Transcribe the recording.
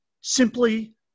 simply